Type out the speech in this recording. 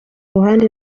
ruhande